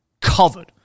covered